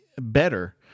better